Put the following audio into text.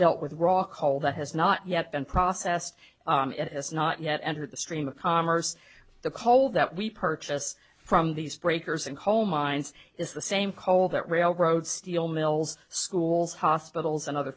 dealt with rock hall that has not yet been processed it has not yet entered the stream of commerce the coal that we purchase from these breakers in coal mines is the same call that railroad steel mills schools hospitals and other